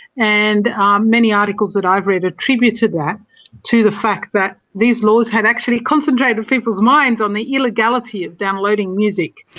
and um many articles that i've read attribute that to the fact that these laws had actually concentrated people's minds on the illegality of downloading music.